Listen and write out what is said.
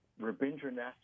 Rabindranath